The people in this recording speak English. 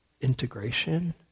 integration